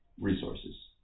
Resources